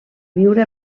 viure